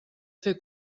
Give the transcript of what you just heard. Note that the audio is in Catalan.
fer